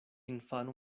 infano